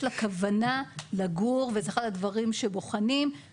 לה כוונה לגור וזה אחד הדברים שבוחנים.